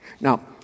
Now